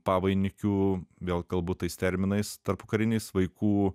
pavainikių vėl kalbu tais terminais tarpukariniais vaikų